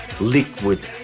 liquid